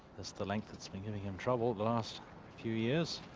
this the length thats been giving him trouble the last few years,